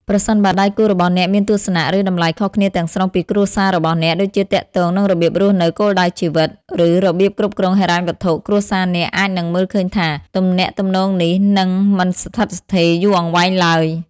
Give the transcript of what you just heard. ប្រសិនបើដៃគូរបស់អ្នកមានទស្សនៈ ឬតម្លៃខុសគ្នាទាំងស្រុងពីគ្រួសាររបស់អ្នក ដូចជាទាក់ទងនឹងរបៀបរស់នៅ គោលដៅជីវិត ឬរបៀបគ្រប់គ្រងហិរញ្ញវត្ថុ គ្រួសារអ្នកអាចនឹងមើលឃើញថា ទំនាក់ទំនងនេះនឹងមិនស្ថិតស្ថេរយូរអង្វែងឡើយ។